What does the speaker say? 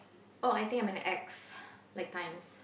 oh I think I'm an X like times